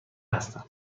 هستم